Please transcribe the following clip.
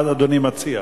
מה אדוני מציע?